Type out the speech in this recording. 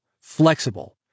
flexible